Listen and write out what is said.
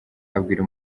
abwira